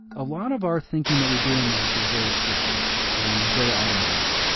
a lot of our thinking that we do in life is very scripted and is very automatic. and,